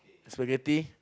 spaghetti